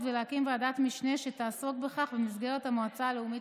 ולהקים ועדת משנה שתעסוק בכך במסגרת המועצה הלאומית